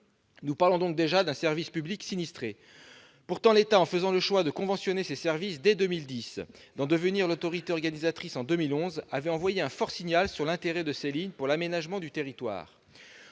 Nous parlons donc déjà d'un service public sinistré. Pourtant, l'État, en faisant le choix de conventionner ces services dès 2010 et d'en devenir l'autorité organisatrice en 2011, avait envoyé un fort signal sur l'intérêt de ces lignes pour l'aménagement du territoire.